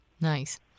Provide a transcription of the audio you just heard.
Nice